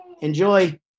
Enjoy